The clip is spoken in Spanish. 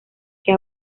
que